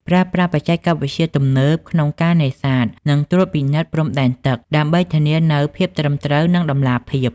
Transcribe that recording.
ប្រើប្រាស់បច្ចេកវិទ្យាទំនើប ក្នុងការកំណត់ និងត្រួតពិនិត្យព្រំដែនទឹក ដើម្បីធានានូវភាពត្រឹមត្រូវ និងតម្លាភាព។